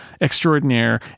Extraordinaire